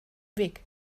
weg